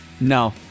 No